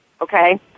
okay